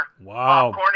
Wow